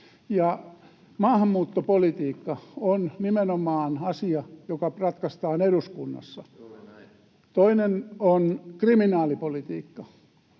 Maahanmuuttopolitiikka on nimenomaan asia, joka ratkaistaan eduskunnassa. Toinen on kriminaalipolitiikka.